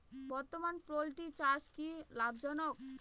বর্তমানে পোলট্রি চাষ কি লাভজনক?